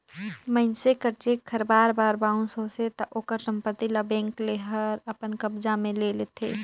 मइनसे कर चेक हर बार बार बाउंस होथे ता ओकर संपत्ति ल बेंक हर अपन कब्जा में ले लेथे